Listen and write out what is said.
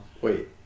Wait